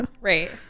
Right